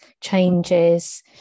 changes